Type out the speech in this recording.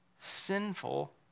sinful